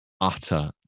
utter